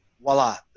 voila